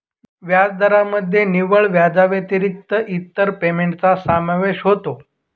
व्याजदरामध्ये निव्वळ व्याजाव्यतिरिक्त इतर पेमेंटचा समावेश होतो